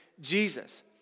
Jesus